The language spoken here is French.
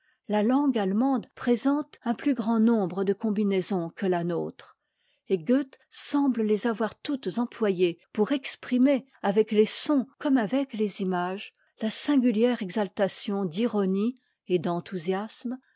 la langue allemande présente un plus grand nombre de combinaisons que la nôtre et goethe semble les avoir toutes employées pour exprimer avec les sons comme avec les images la singulière exaltation d'ironie et d'enthousiasme